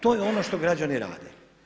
To je ono što građani rade.